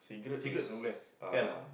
cigarette normally can ah